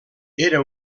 era